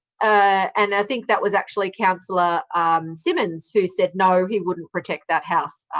ah and i think that was actually councillor simmonds who said no, he wouldn't protect that house,